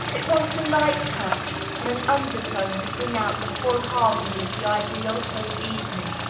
it wants a light touch and an undertone to bring out the full harmony of the ideal home evening.